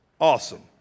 Awesome